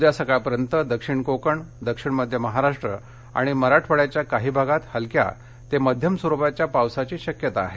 उद्या सकाळपर्यंत दक्षिण कोकण दक्षिण मध्य महाराष्ट्र आणि मराठवाङ्याच्या काही भागात हलक्या ते मध्यम स्वरूपाच्या पावसाची शक्यता आहे